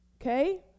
okay